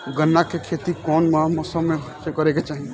गन्ना के खेती कौना मौसम में करेके चाही?